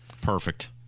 Perfect